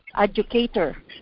educator